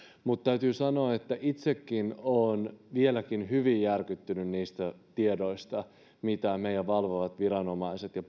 täytyy sanoa että itsekin olen vieläkin hyvin järkyttynyt niistä tiedoista mitä meidän valvovat viranomaiset ja